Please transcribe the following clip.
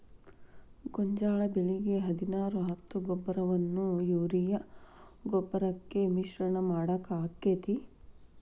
ಗೋಂಜಾಳ ಬೆಳಿಗೆ ಹದಿನಾರು ಹತ್ತು ಗೊಬ್ಬರವನ್ನು ಯೂರಿಯಾ ಗೊಬ್ಬರಕ್ಕೆ ಮಿಶ್ರಣ ಮಾಡಾಕ ಆಕ್ಕೆತಿ?